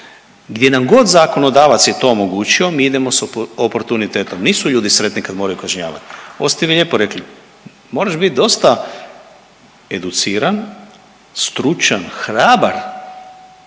gdje nam god zakonodavac je to omogućio, mi idemo s oportunitetom. Nisu ljudi sretni kad moraju kažnjavati. Ovo ste vi lijepo rekli, moraš bit dosta educiran, stručan, hrabar